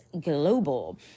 global